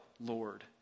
Lord